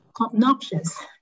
obnoxious